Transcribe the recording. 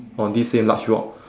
on this same large rock